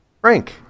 Frank